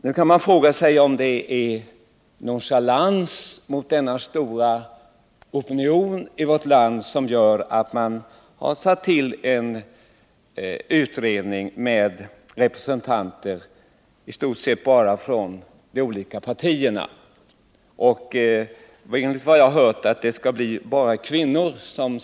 Man kan nu fråga sig om det förhållandet att man har tillsatt en utredning med representanter i stort sett bara för de olika partierna skall ses som ett uttryck för nonchalans mot denna stora opinion i vårt land.